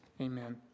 Amen